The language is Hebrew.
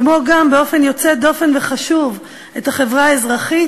כמו גם באופן יוצא דופן וחשוב את החברה האזרחית,